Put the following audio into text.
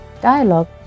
dialogue